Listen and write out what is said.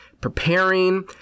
preparing